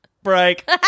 Break